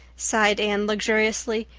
sighed anne luxuriously,